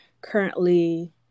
currently